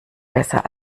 besser